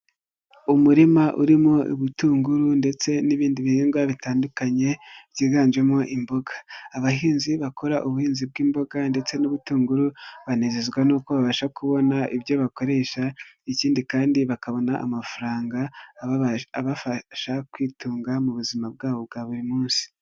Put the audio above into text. Umurima urimo ibitunguru ndetse n'ibindi bihingwa bitandukanye byiganjemo imboga, abahinzi bakora ubuhinzi bw'imboga ndetse n'ubutunguru banezezwa nuko babasha kubona ibyo bakoresha ikindi kandi bakabona amafaranga abafasha kwitunga mu buzima bwabo bwa buri munsi.